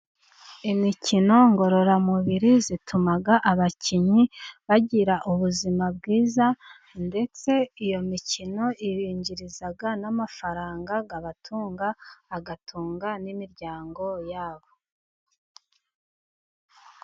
Imikino ngororamubiri ituma abakinnyi bagira ubuzima bwiza, ndetse iyo mikino ibinjiriza n'amafaranga abatunga, agatunga n'imiryango yabo.